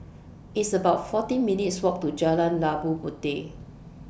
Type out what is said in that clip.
It's about fourteen minutes' Walk to Jalan Labu Puteh